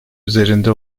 üzerinde